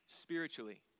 spiritually